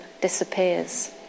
disappears